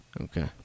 Okay